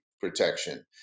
protection